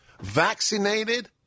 Vaccinated